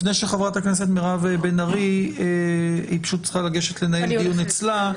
חה"כ מירב בן ארי צריכה לגשת לנהל דיון אצלה,